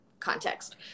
context